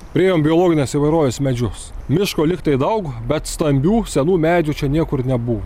priėjom biologinės įvairovės medžius miško lygtai daug bet stambių senų medžių čia niekur nebuvo